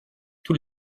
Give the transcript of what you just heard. tous